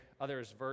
others